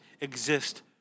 exist